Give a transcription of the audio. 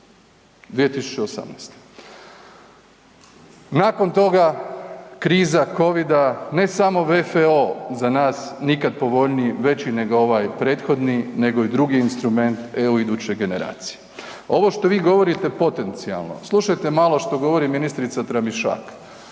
2018. Nakon toga kriza Covida, ne samo WFO za nas nikad povoljniji, veći nego ovaj prethodni, nego i drugi instrument EU iduće generacije. Ovo što vi govorite potencijalno, slušajte malo što govori ministrica Tramišak,